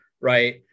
right